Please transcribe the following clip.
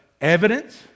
evidence